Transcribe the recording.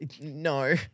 no